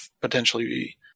potentially